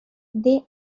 they